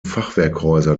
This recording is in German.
fachwerkhäuser